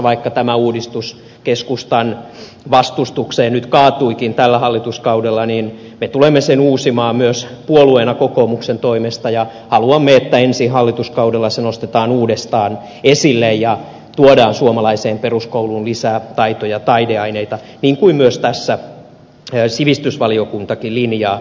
vaikka tämä uudistus keskustan vastustukseen nyt kaatuikin tällä hallituskaudella me tulemme sen uusimaan myös puolueena kokoomuksen toimesta ja haluamme että ensi hallituskaudella se nostetaan uudestaan esille ja tuodaan suomalaiseen peruskouluun lisää taito ja taideaineita niin kuin tässä sivistysvaliokuntakin linjaa